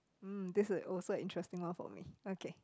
mm this is also an interesting one for me okay